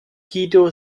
guido